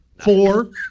Four